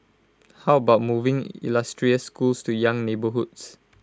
how about moving illustrious schools to young neighbourhoods